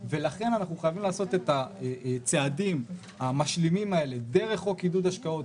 ולכן אנחנו חייבים לעשות את הצעדים המשלימים האלה דרך חוק עידוד השקעות